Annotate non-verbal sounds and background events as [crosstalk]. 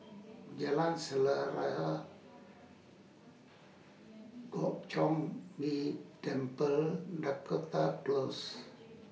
Jalan [unintelligible] God Chong Ghee Temple Dakota Close